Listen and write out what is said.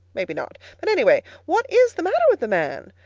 maybe not but, anyway, what is the matter with the man?